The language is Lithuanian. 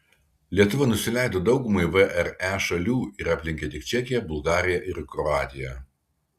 lietuva nusileido daugumai vre šalių ir aplenkė tik čekiją bulgariją ir kroatiją